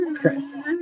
Chris